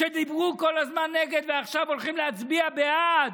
שדיברו כל הזמן נגד ועכשיו הולכות להצביע בעד.